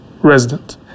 resident